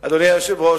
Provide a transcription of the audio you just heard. אדוני היושב-ראש,